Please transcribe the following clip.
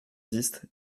dix